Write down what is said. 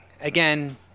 Again